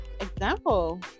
example